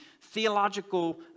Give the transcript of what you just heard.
theological